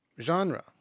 genre